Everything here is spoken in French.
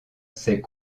s’est